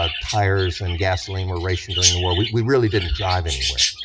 ah tires and gasoline were rationed during the war, we really didn't drive anywhere.